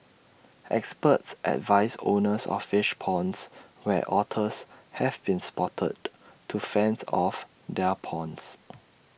experts advise owners of fish ponds where otters have been spotted to fence off their ponds